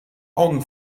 augen